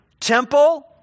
temple